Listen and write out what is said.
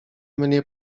mnie